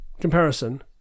comparison